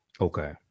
okay